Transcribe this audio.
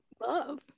love